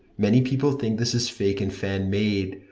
many people think this is fake and fan-made,